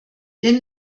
denn